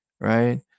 right